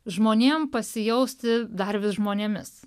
žmonėm pasijausti dar vis žmonėmis